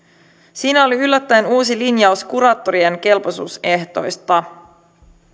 siinä oli yllättäen uusi linjaus kuraattorien kelpoisuusehdoista